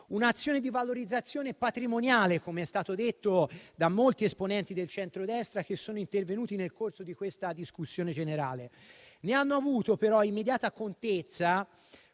un'azione di valorizzazione patrimoniale, com'è stato detto da molti esponenti del centrodestra che sono intervenuti nel corso di questa discussione generale. Di ciò hanno avuto immediata contezza